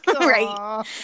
right